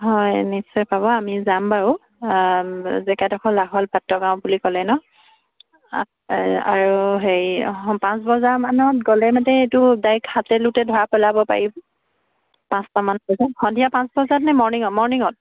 হয় নিশ্চয় পাব আমি যাম বাৰু জেগাডোখৰ লাহোৱাল পাত্ৰ গাঁও বুলি ক'লে নহ্ আৰু হেৰি পাঁচ বজাৰ মানত গ'লে মানে এইটো ডাইৰেক্ট হাতে লোতে ধৰা পেলাব পাৰিম পাঁচটামান বজাত সন্ধিয়া পাঁচ বজাত নে মৰ্ণনিঙত মৰ্ণনিঙত